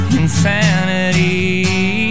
insanity